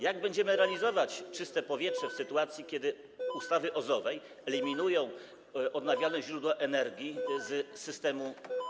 Jak będziemy realizować cel, jakim jest czyste powietrze, w sytuacji kiedy ustawy OZE-owe eliminują odnawialne źródła energii z systemu?